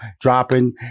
dropping